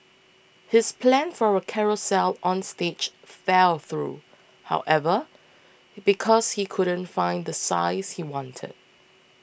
his plan for a carousel on stage fell through however because he couldn't find the size he wanted